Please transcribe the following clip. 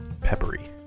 peppery